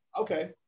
okay